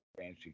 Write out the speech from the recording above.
fancy